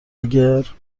اگر